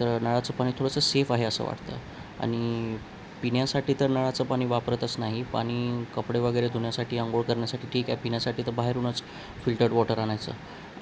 तर नळाचं पाणी थोडंसं सेफ आहे असं वाटतं आणि पिण्यासाठी तर नळाचं पाणी वापरतच नाही पाणी कपडे वगैरे धुण्यासाठी आंघोळ करण्यासाठी ठीक आहे पिण्यासाठी तर बाहेरूनच फिल्टर्ड वॉटर आणायचं